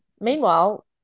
Meanwhile